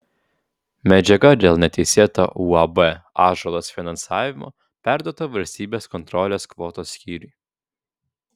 medžiaga dėl neteisėto uab ąžuolas finansavimo perduota valstybės kontrolės kvotos skyriui